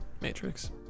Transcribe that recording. Matrix